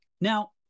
Now